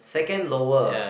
second lower